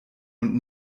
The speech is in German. und